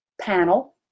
panel